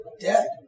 dead